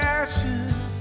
ashes